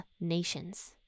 nations